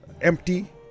empty